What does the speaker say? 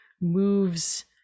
moves